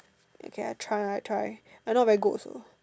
okay I try I try I not very good also